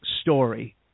story